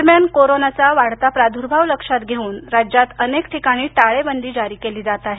दरम्यान कोरोनाचा वाढता प्रादुर्भाव लक्षात घेऊन राज्यात अनेक ठिकाणी टाळेबंदी जारी केली जात आहे